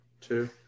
Two